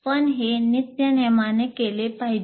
पण हे नित्यनेमाने केले पाहिजे